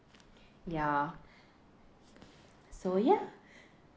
ya so ya